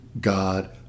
God